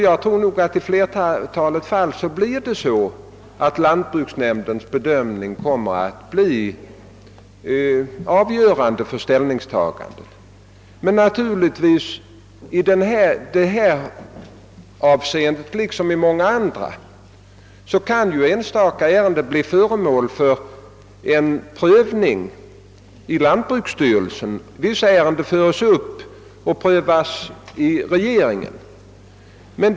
Jag tror nog att det i flertalet fall blir så, att lantbruksnämndens bedömning kommer att bli avgörande för ställningstagandet. Men naturligtvis kan — i det här avseendet liksom i många andra — enstaka fall bli föremål för prövning i lantbruksstyrelsen eller föras upp till prövning i regeringen.